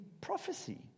prophecy